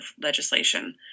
legislation